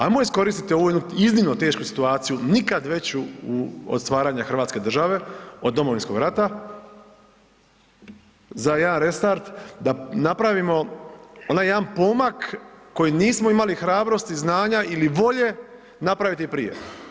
Ajmo iskoristiti ovu jednu iznimno tešku situaciju, nikad veću od stvaranja hrvatske države od Domovinskog rata, za jedan restart, da napravimo onaj jedan pomak koji nismo imali hrabrosti, znanja ili volje napraviti prije.